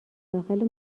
داخل